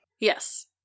Yes